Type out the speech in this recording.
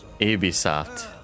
Ubisoft